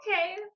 Okay